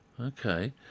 Okay